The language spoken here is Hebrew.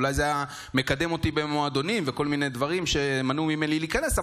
אולי זה היה מקדם אותי במועדונים וכל מיני דברים שמנעו ממני להיכנס,